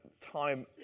time